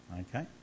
Okay